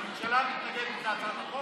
כפי שהתחייבתי.